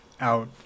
out